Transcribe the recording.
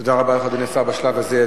תודה רבה לך, אדוני השר, בשלב הזה.